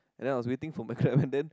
then I was waiting for my Grab and then